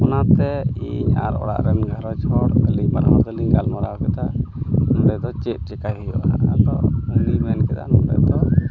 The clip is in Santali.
ᱚᱱᱟᱛᱮ ᱤᱧ ᱟᱨ ᱚᱲᱟᱜᱨᱮᱱ ᱜᱷᱟᱨᱚᱡᱽ ᱦᱚᱲ ᱟᱹᱞᱤᱧ ᱵᱟᱱᱟᱦᱚᱲ ᱛᱮᱞᱤᱧ ᱜᱟᱞᱢᱟᱨᱟᱣ ᱠᱮᱫᱟ ᱚᱸᱰᱮ ᱫᱚ ᱪᱮᱫ ᱪᱮᱠᱟᱭ ᱦᱩᱭᱩᱜᱼᱟ ᱟᱫᱚ ᱩᱱᱤᱭ ᱢᱮᱱᱠᱮᱫᱟ ᱚᱸᱰᱮ ᱫᱚ